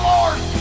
Lord